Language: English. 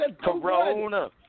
Corona